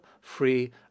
free